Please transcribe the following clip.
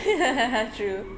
true